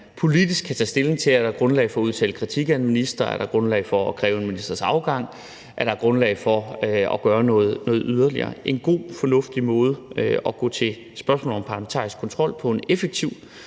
politisk kan stilling til, om der er grundlag for at udtale kritik af en minister, om der er grundlag for at kræve en ministers afgang, eller om der er grundlag for at gøre noget yderligere. Det er en god, fornuftig måde at gå til spørgsmålet om parlamentarisk kontrol på. Det er en effektiv